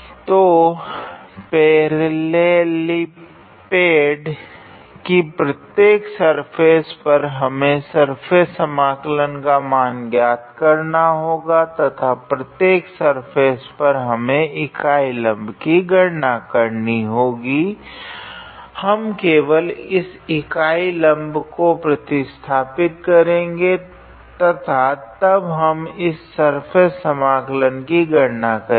तो पैरेललेपिपेड की प्रत्येक सर्फेस पर हमें सर्फेस समाकलन का मान ज्ञात करना होगा तथा प्रत्येक सर्फेस पर हमें इस इकाई लम्ब की गणना करनी होगी हम केवल इस इकाई लम्ब को प्रतिस्थापित करेगे तथा तब हम इस सर्फेस समाकलन की गणना करेगे